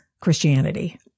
Christianity